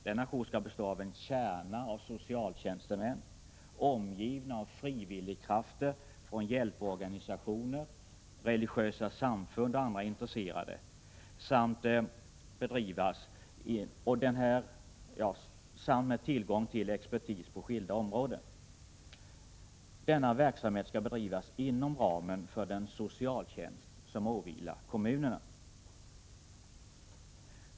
Denna jour skall bestå av en kärna av socialtjänstemän, omgivna av frivilliga krafter från hjälporganisationer, religiösa samfund och andra intresserade samt med tillgång till expertis på skilda områden. Denna verksamhet skall bedrivas inom ramen för den socialtjänst som åvilar kommunerna.